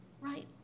right